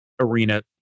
arena